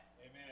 Amen